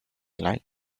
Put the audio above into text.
line